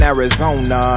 Arizona